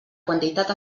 quantitat